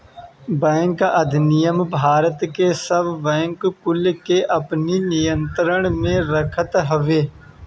bank अधिनियम भारत के सब बैंक कुल के अपनी नियंत्रण में रखत हवे